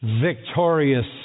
victorious